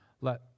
let